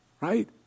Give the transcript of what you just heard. right